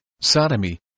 sodomy